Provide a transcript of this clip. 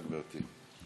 בבקשה, גברתי.